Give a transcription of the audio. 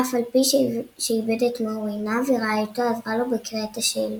אף על פי שאיבד את מאור עיניו ורעייתו עזרה לו בקריאת השאלות.